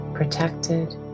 protected